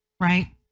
Right